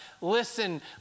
Listen